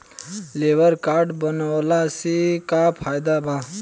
Labour card बनवाला से का फायदा बा?